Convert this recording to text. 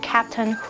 Captain